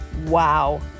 Wow